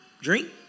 drink